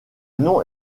non